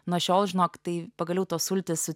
nuo šiol žinok tai pagaliau tos sultys su